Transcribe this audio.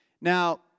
Now